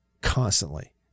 constantly